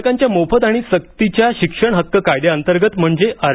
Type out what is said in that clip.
बालकांच्या मोफत आणि सक्तीच्या शिक्षण हक्क कायद्यांतर्गत म्हणजे आर